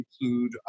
include